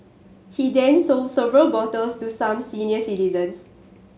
he then sold several bottles to some senior citizens